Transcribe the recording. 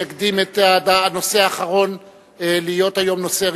הנושא הבא: הצעה לסדר-היום בנושא: